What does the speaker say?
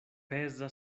peza